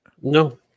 no